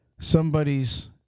somebody's